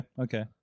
Okay